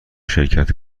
شرکت